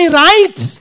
right